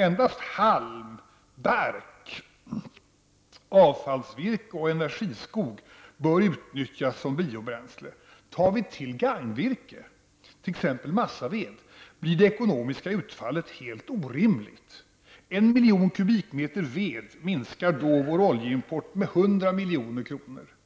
Endast halm, bark, avfallsvirke och energiskog bör utnyttjas som biobränsle. Tar vi till gagnvirke, t.ex. massaved, blir det ekonomiska utfallet helt orimligt. En miljon kubikmeter ved minskar vår oljeimport med 100 milj.kr.,